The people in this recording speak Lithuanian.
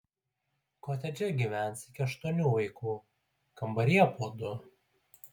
kotedže gyvens iki aštuonių vaikų kambaryje po du